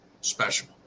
special